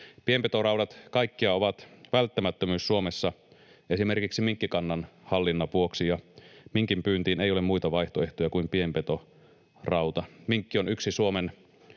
Pienpetoraudat kaikkiaan ovat välttämättömyys Suomessa esimerkiksi minkkikannan hallinnan vuoksi, ja minkinpyyntiin ei ole muita vaihtoehtoja kuin pienpetorauta. Minkki on yksi Suomen